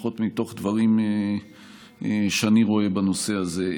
לפחות מתוך דברים שאני רואה בנושא הזה.